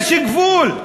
יש גבול.